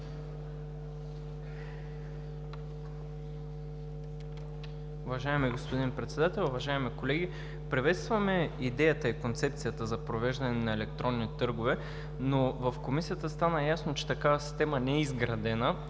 Уважаеми господин Председател, уважаеми колеги! Приветстваме идеята и концепцията за провеждане на електронни търгове, но в Комисията стана ясно, че такава система не е изградена,